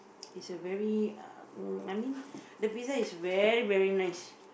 it's a very uh oh I mean the pizza is very very nice